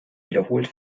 wiederholt